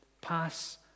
pass